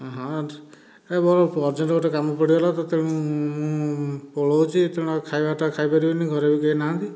ହଁ ଏ ମୋର ଅରଜେଣ୍ଟ ଗୋଟିଏ କାମ ପଡ଼ିଗଲା ତ ତେଣୁ ମୁଁ ପଳଉଛି ତେଣୁ ଆଉ ଖାଇବାଟା ଖାଇପାରିବିନି ଘରେ ବି କେହି ନାହାନ୍ତି